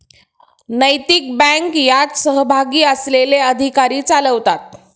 नैतिक बँक यात सहभागी असलेले अधिकारी चालवतात